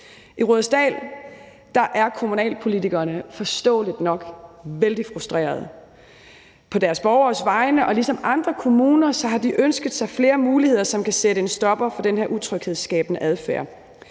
I Rudersdal er kommunalpolitikerne forståeligt nok vældig frustrerede på deres borgeres vegne, og ligesom andre kommuner har de ønsket sig flere muligheder, som kan sætte en stopper for den her utryghedsskabende adfærd.